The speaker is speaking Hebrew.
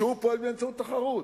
שפועל באמצעות תחרות.